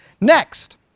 Next